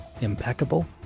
impeccable